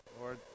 Lord